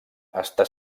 està